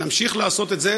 נמשיך לעשות את זה.